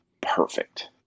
perfect